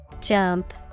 Jump